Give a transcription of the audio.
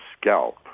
scalp